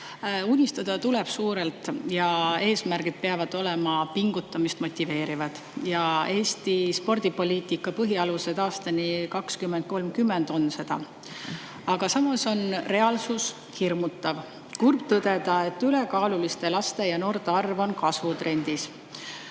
Unistada tuleb suurelt ja eesmärgid peavad olema pingutamist motiveerivad. "Eesti spordipoliitika põhialused aastani 2030" on seda. Aga samas on reaalsus hirmutav. Kurb tõdeda, et ülekaaluliste laste ja noorte arv on kasvutrendis.